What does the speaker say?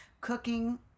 Cooking